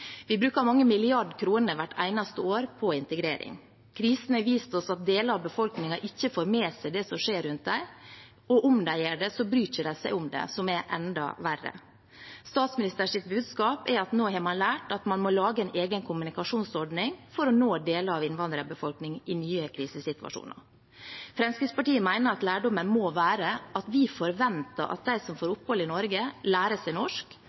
Vi bruker mange milliarder kroner hvert eneste år på integrering. Krisen har vist oss at deler av befolkningen ikke får med seg det som skjer rundt dem, og om de gjør det, bryr de seg ikke om det, noe som er enda verre. Statsministerens budskap er at nå har man lært at man må lage en egen kommunikasjonsordning for å nå deler av innvandrerbefolkningen i nye krisesituasjoner. Fremskrittspartiet mener at lærdommen må være at vi forventer at de som får opphold i Norge, lærer seg norsk,